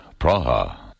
Praha